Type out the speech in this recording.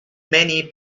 many